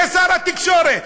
זה שר התחבורה.